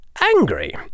angry